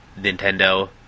Nintendo